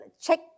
check